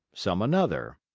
some another.